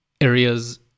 areas